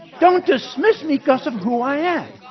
don't dismiss me because of who i am.